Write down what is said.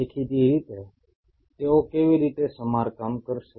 દેખીતી રીતે તેઓ કેવી રીતે સમારકામ કરશે